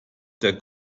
der